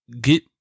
get